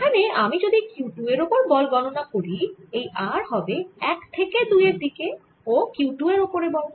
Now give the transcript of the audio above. এখানে আমি যদি Q 2 এর ওপরে বল গণনা করি এই r হবে 1 থেকে 2 এর দিকে ও এই হবে Q 2 এর ওপরে বল